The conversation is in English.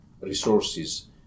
resources